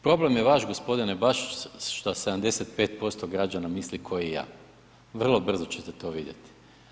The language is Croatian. Problem je vaš gospodine baš što 75% građana misli ko i ja, vrlo brzo ćete to vidjet.